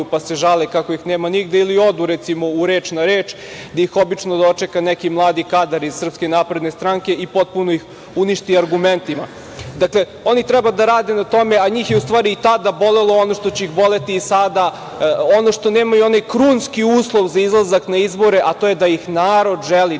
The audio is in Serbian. pa se žale kako ih nema nigde ili odu u, recimo, „Reč na reč“ gde ih obično dočeka neki mladi kadar iz SNS i potpuno ih uništi argumentima. Dakle, oni treba da rade na tome, a njih je u stvari i tada bolelo ono što će ih boleti i sada, ono što nemaju, onaj krunski uslov za izlazak na izbore, a to je da ih narod želi, da